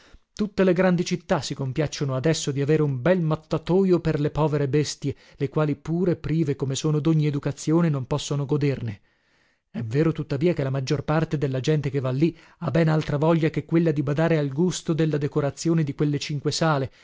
tutte le grandi città si compiacciono adesso di avere un bel mattatojo per le povere bestie le quali pure prive come sono dogni educazione non possono goderne è vero tuttavia che la maggior parte della gente che va lì ha ben altra voglia che quella di badare al gusto della decorazione di quelle cinque sale